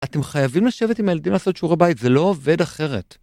אתם חייבים לשבת עם הילדים לעשות שיעורי בית, זה לא עובד אחרת.